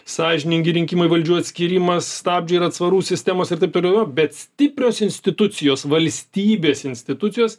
sąžiningi rinkimai valdžių atskyrimas stabdžių ir atsvarų sistemos ir taip toliau bet stiprios institucijos valstybės institucijos